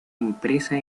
impresa